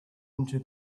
into